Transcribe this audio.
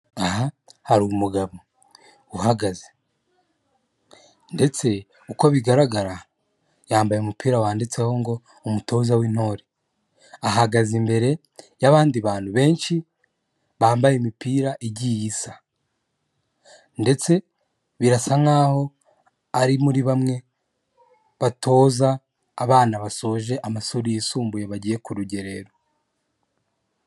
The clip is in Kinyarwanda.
Aha hari umugabo uhagaze ndetse uko bigaragara yambaye umupira wanditseho ngo umutoza w'intore . Ahagaze imbere y'abandi bantu bambaye imipira igiye isa ndetse birasa nk'aho ari muri bamwe batoza abana basoje amashuri yisumbuye bagiye ku urugerero.